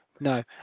No